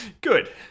Good